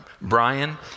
Brian